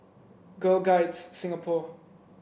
Girl Guides Singapore